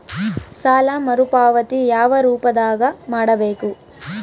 ಸಾಲ ಮರುಪಾವತಿ ಯಾವ ರೂಪದಾಗ ಮಾಡಬೇಕು?